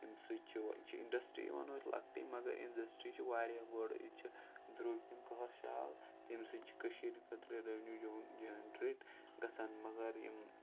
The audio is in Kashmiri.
اَمہِ سۭتۍ چھِ یہِ چھِ اِنڈَسٹِرٛی وَنو أسۍ لۄکٹٕے مَگر اِنڈَسٹِرٛی چھِ واریاہ بٔڑ ییٚتہِ چھِ دروٚگۍ تِم کٔۂر شال تَمہِ سۭتۍ چھِ کٔشیٖرِ خٲطرٕ رٮ۪ونیوٗ جَنریٹ گَژھان مَگر یِم